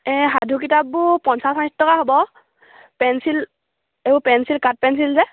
এই সাধু কিতাপবোৰ পঞ্চাছ ষাঠি টকা হ'ব পেঞ্চিল এইবোৰ পেঞ্চিল কাঠ পেঞ্চিল যে